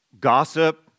gossip